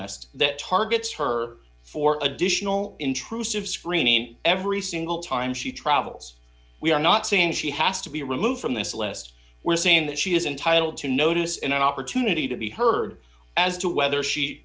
last that targets her for additional intrusive screening every single time she travels we are not saying she has to be removed from this list we're saying that she is entitled to notice and an opportunity to be heard as to whether she